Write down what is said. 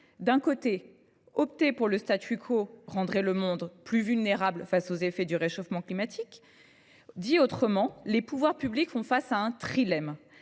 autre côté, opter pour le rendrait le monde plus vulnérable face aux effets du réchauffement climatique. Dit autrement, les pouvoirs publics sont confrontés à un trilemme